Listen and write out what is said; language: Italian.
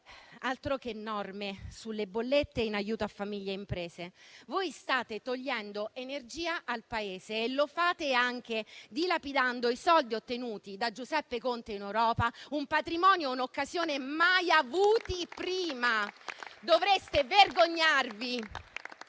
Altro che norme sulle bollette e in aiuto a famiglie e imprese. Voi state togliendo energia al Paese e lo fate anche dilapidando i soldi ottenuti da Giuseppe Conte in Europa, un patrimonio e un'occasione mai avuti prima. Dovreste vergognarvi